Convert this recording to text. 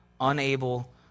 Unable